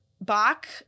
Bach